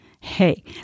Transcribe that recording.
Hey